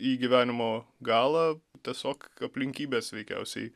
į gyvenimo galą tiesiog aplinkybės veikiausiai